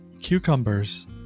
Cucumbers